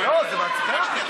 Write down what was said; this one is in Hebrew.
לא, זה מעצבן אותי.